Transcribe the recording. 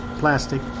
plastic